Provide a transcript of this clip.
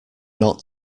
not